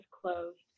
closed